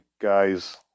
guys